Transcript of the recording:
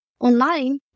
online